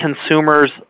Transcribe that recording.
consumers